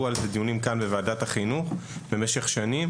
על זה דיונים כאן בוועדת החינוך במשך שנים